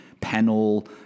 panel